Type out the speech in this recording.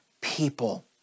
people